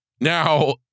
Now